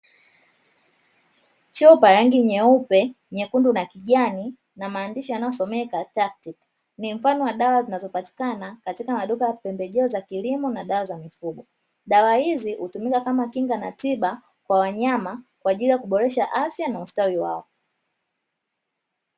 Chupa ya rangi nyeupe, nyekundu na kijani yenye maandishi yanayosomeka taktiki ni mfano wa dawa zinazopatikana katika maduka ya pembejeo za kilimo na dawa za mifugo, dawa hizi hutumika kama kinga na tiba kwa wanyama kwa ajili ya kuboresha afya na ustawi wao.